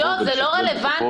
עידו, זה לא רלוונטי.